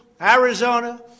Arizona